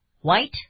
white